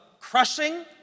crushing